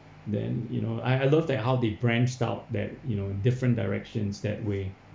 then you know I I love that how they branched out that you know different directions that way